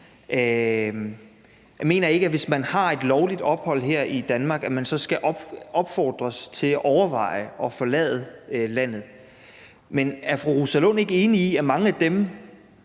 ikke mener, at hvis man har et lovligt ophold her i Danmark, skal man opfordres til at overveje at forlade landet. Men er fru Rosa Lund ikke enig i, at mange af dem,